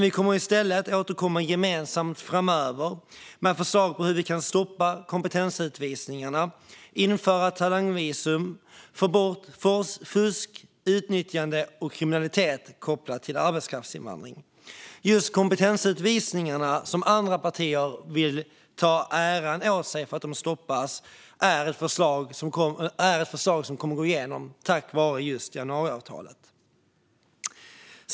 Vi kommer i stället att återkomma gemensamt framöver med förslag på hur vi kan stoppa kompetensutvisningarna, införa talangvisum och få bort fusk, utnyttjande och kriminalitet kopplat till arbetskraftsinvandring. Just förslaget om kompetensutvisningarna, som andra partier vill ta äran åt sig för att de stoppas, är ett förslag som kommer att gå igenom tack vare januariavtalet.